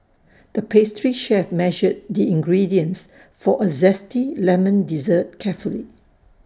the pastry chef measured the ingredients for A Zesty Lemon Dessert carefully